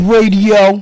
Radio